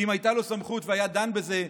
שאם הייתה לו סמכות והיה דן בזה,